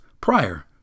prior